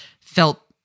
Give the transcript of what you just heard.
felt